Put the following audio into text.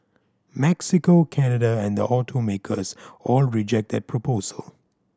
Mexico Canada and the automakers all reject that proposal